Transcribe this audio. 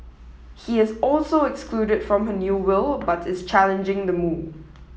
he is also excluded from her new will but is challenging the move